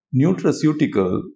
nutraceutical